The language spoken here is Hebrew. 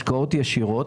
השקעות ישירות,